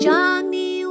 Johnny